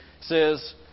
says